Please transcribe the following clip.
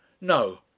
No